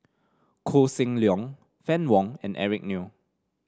Koh Seng Leong Fann Wong and Eric Neo